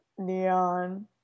neon